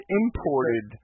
imported